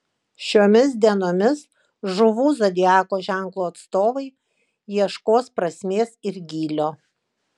šiomis dienomis žuvų zodiako ženklo atstovai ieškos prasmės ir gylio